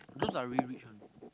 those are really rich one